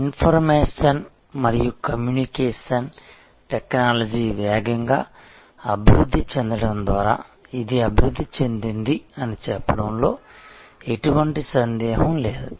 information మరియు communication technology వేగంగా అభివృద్ధి చెందడం ద్వారా ఇది అభివృద్ధి చెందింది అని చెప్పడంలో ఎటువంటి సందేహం లేదు